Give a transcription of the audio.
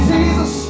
Jesus